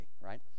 right